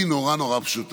שלוש דקות